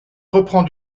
reprend